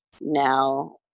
now